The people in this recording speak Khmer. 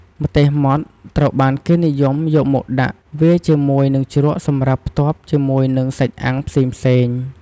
ម្ទេសម៉ត់ត្រូវបានគេនិយមយកមកដាក់វាជាមួយនិងជ្រក់សម្រាប់ផ្ទាប់ជាមួយនិងសាច់អាំងផ្សេងៗ។